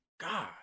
god